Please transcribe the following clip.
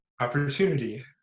opportunity